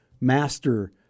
master